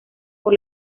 por